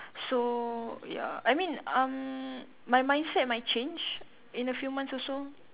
so ya I mean um my mindset might change in a few months also